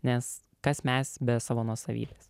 nes kas mes be savo nuosavybės